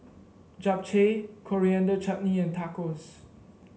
Japchae Coriander Chutney and Tacos